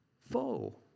foe